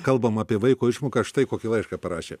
kalbama apie vaiko išmoką štai kokį laišką parašė